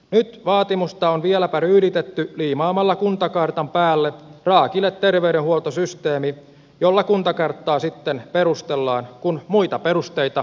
nyt vaatimusta on vieläpä ryyditetty liimaamalla kuntakartan päälle raakile terveydenhuoltosysteemi jolla kuntakarttaa sitten perustellaan kun muita perusteita ei löydy